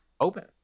open